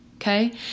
Okay